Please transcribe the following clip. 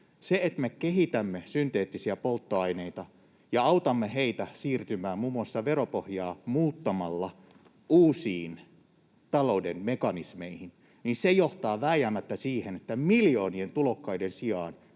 Se, että me kehitämme synteettisiä polttoaineita ja autamme heitä siirtymään uusiin talouden mekanismeihin muun muassa veropohjaa muuttamalla, johtaa vääjäämättä siihen, että miljoonien tulokkaiden sijaan